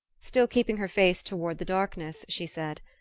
still keeping her face toward the darkness, she said,